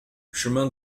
chemin